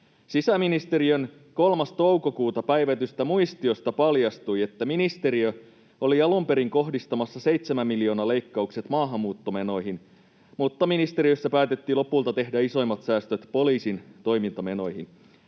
Sisäministeriön 3. toukokuuta päivätystä muistiosta paljastui, että ministeriö oli alun perin kohdistamassa 7 miljoonan leikkaukset maahanmuuttomenoihin, mutta ministeriössä päätettiin lopulta tehdä isoimmat säästöt poliisin toimintamenoihin.